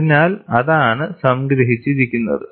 അതിനാൽ അതാണ് സംഗ്രഹിച്ചിരിക്കുന്നത്